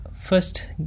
first